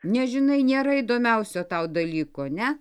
nežinai nėra įdomiausio tau dalyko ne